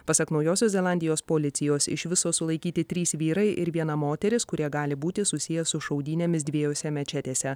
pasak naujosios zelandijos policijos iš viso sulaikyti trys vyrai ir viena moteris kurie gali būti susiję su šaudynėmis dviejose mečetėse